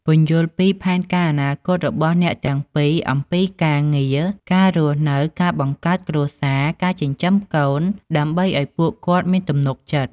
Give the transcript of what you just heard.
ពន្យល់ពីផែនការអនាគតរបស់អ្នកទាំងពីរអំពី ការងារ ការរស់នៅ ការបង្កើតគ្រួសារ ការចិញ្ចឹមកូន ដើម្បីឱ្យពួកគាត់មានទំនុកចិត្ត។